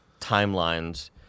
timelines –